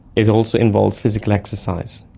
it also involves physical exercise.